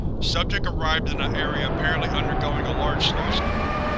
subject arrived in an area apparently undergoing a large snowstorm.